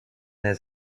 his